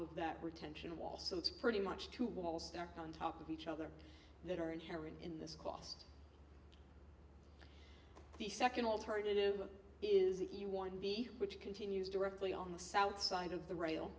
of that retention wall so it's pretty much to wall stacked on top of each other that are inherent in this cost the second alternative is if you want to be which continues directly on the south side of the rail